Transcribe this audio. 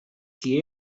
que